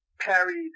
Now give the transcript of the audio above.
parried